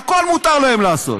הכול מותר להם לעשות.